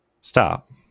Stop